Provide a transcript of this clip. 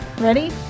Ready